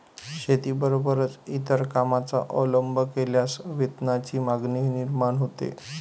शेतीबरोबरच इतर कामांचा अवलंब केल्यास वेतनाची मागणी निर्माण होते